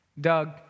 Doug